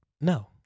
No